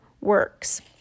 works